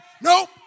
nope